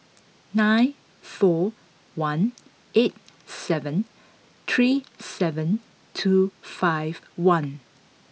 nine four one eight seven three seven two five one